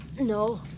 No